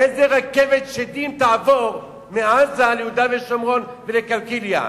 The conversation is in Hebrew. איזה רכבת שדים תעבור מעזה ליהודה ושומרון ולקלקיליה?